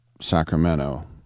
Sacramento